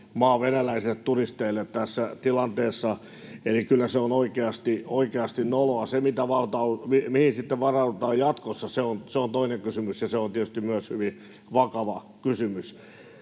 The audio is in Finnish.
venäläisille turisteille tässä tilanteessa. Eli kyllä se on oikeasti noloa. Se, mihin sitten varaudutaan jatkossa, on toinen kysymys, ja se on tietysti myös hyvin vakava kysymys.